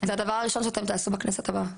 זה הדבר הראשון שאתם תעשו בכנסת הבאה.